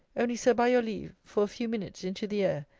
only, sir, by your leave, for a few minutes into the air.